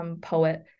poet